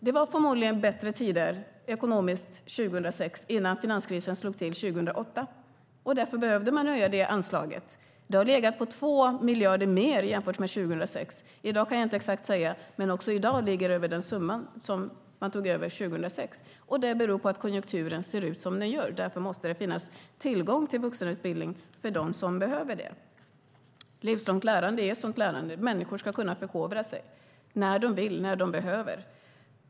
Då var det förmodligen bättre tider ekonomiskt, innan finanskrisen slog till 2008, och därför behöver man höja det anslaget. Det har legat på 2 miljarder mer än 2006. I dag kan jag inte säga exakt hur mycket det är, men också i dag är summan högre än när vi tog över 2006. Det beror på att konjunkturen ser ut som den gör. Därför måste det finnas tillgång till vuxenutbildning för dem som behöver det. Livslångt lärande innebär att människor ska kunna förkovra sig när de vill och när de behöver.